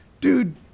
dude